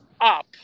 up